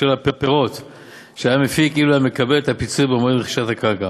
הפיצוי במועד רכישת הקרקע.